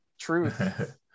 truth